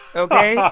ok? yeah